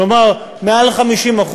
כלומר מעל 50%,